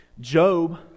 Job